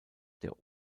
der